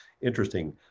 interesting